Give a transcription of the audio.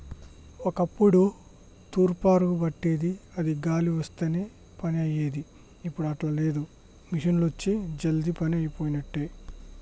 ఒక్కప్పుడు తూర్పార బట్టేది అది గాలి వత్తనే పని అయ్యేది, ఇప్పుడు అట్లా లేదు మిషిండ్లొచ్చి జల్దీ పని అయిపోబట్టే